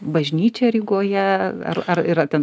bažnyčia rygoje ar ar yra ten